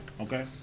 Okay